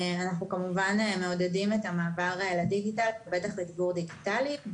אנחנו כמובן מעודדים את המעבר לדיגיטל ובטח לדיוור דיגיטלי.